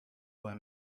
were